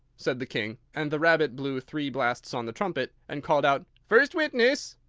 said the king and the rabbit blew three blasts on the trumpet, and called out first witness!